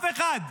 אף אחד.